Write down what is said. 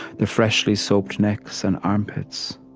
the freshly soaped necks and armpits.